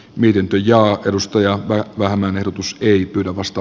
miten teijaa edustajaa vähemmän ehdotus ei pyydä vasta